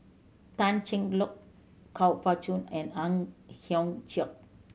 Tan Cheng Lock Kuo Pao Kun and Ang Hiong Chiok